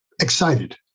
excited